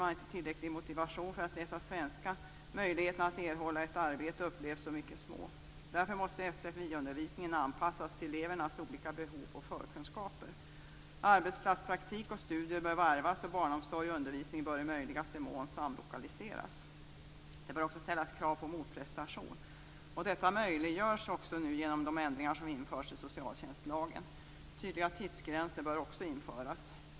Man har inte tillräcklig motivation för att läsa svenska, och möjligheterna att erhålla ett arbete upplevs som mycket små. Därför måste sfi-undervisningen anpassas till elevernas olika behov och förkunskaper. Arbetsplatspraktik och studier bör varvas, och barnomsorg och undervisning bör i möjligaste mån samlokaliseras. Det bör också ställas krav på motprestation. Detta möjliggörs också nu genom de ändringar som har införts i socialtjänstlagen. Tydliga tidsgränser bör också införas.